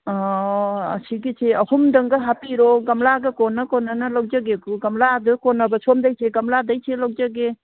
ꯑꯁꯤꯒꯤꯁꯦ ꯑꯍꯨꯝꯗꯪꯒ ꯍꯥꯞꯄꯤꯔꯣ ꯒꯝꯂꯥꯒ ꯀꯣꯟꯅ ꯀꯣꯟꯅꯅ ꯂꯧꯖꯒꯦꯀꯣ ꯒꯝꯂꯥꯒ ꯀꯣꯟꯅꯕ ꯁꯣꯝꯗꯩꯁꯦ ꯒꯝꯂꯥꯗꯩꯁꯦ ꯂꯧꯖꯒꯦ